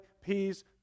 peace